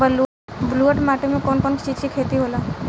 ब्लुअट माटी में कौन कौनचीज के खेती होला?